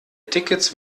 tickets